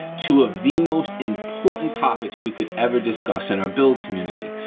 two of the most important topics we could ever discuss in our build community.